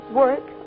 work